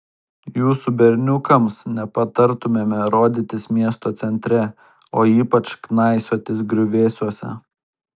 jūsų berniukams nepatartumėme rodytis miesto centre o ypač knaisiotis griuvėsiuose